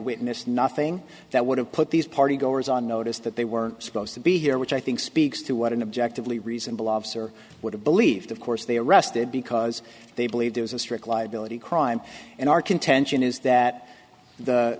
witnessed nothing that would have put these party goers on notice that they were supposed to be here which i think speaks to what an objective lee reasonable officer would have believed of course they arrested because they believe there was a strict liability crime in our contention is that the